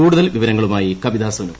കൂടുതൽ വിവരങ്ങളുമായി കവിത സുനു